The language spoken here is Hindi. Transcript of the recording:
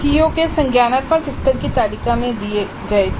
सीओ के संज्ञानात्मक स्तर भी तालिका में दिए गए थे